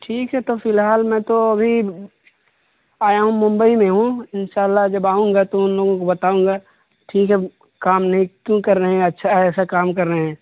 ٹھیک ہے تو فی الحال میں تو ابھی آیا ہوں ممبئی میں ہوں ان شاء اللہ جب آؤں گا تو ان لوگوں کو بتاؤں گا ٹھیک ہے کام نہیں کیوں کر رہے ہیں اچھا ایسا کام کر رہے ہیں